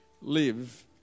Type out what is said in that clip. live